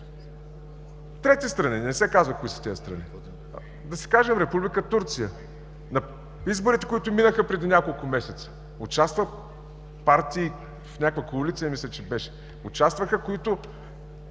Трети страни, но не се казва кои са тези страни. Да си кажем – Република Турция. В изборите, които минаха преди няколко месеца, участват партии – в някаква коалиция мисля, че беше, които